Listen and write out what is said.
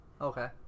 okay